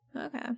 Okay